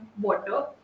water